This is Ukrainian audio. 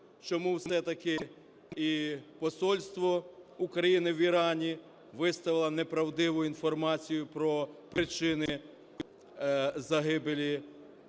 чому все-таки і посольство України в Ірані виставило неправдиву інформацію про причини загибелі екіпажу